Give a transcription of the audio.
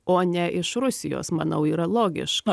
o ne iš rusijos manau yra logiška